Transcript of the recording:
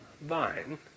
vine